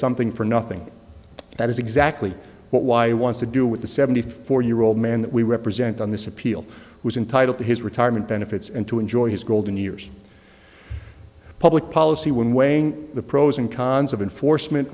something for nothing that is exactly what y wants to do with the seventy four year old man that we represent on this appeal was entitled to his retirement benefits and to enjoy his golden years in public policy when weighing the pros and cons of enforcement